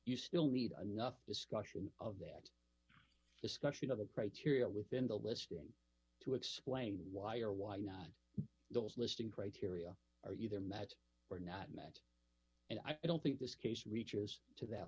you still need another discussion of that discussion of the criteria within the listing to explain why or why not those listing criteria are either match or not match and i don't think this case reaches to that